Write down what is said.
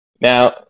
Now